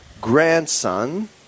grandson